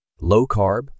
Low-carb